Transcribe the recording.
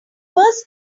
first